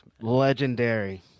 Legendary